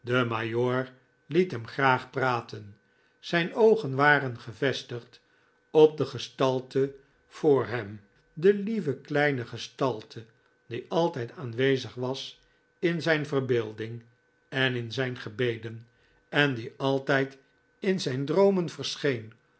liet hem graag praten zijn oogen waren gevestigd op de gestalte voor hem de lieve kleine gestalte die altijd aanwezig was in zijn verbeelding en in zijn gebeden en die altijd in zijn droomen verscheen